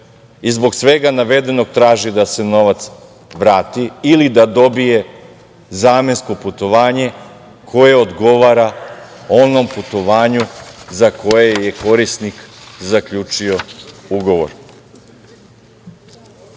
Zbog svega navedenog traži da se novac vrati ili da dobije zamensko putovanje koje odgovara onom putovanju za koje je korisnik zaključio ugovor. Kao